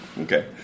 Okay